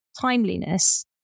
timeliness